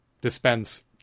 dispense